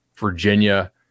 Virginia